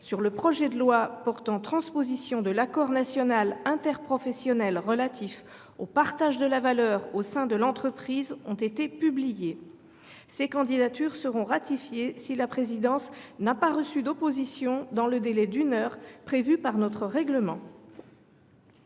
sur le projet de loi portant transposition de l’accord national interprofessionnel relatif au partage de la valeur au sein de l’entreprise ont été publiées. Ces candidatures seront ratifiées si la présidence n’a pas reçu d’opposition dans le délai d’une heure prévu par notre règlement.